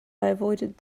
avoided